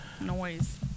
noise